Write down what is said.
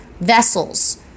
vessels